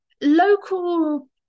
local